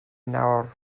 nawr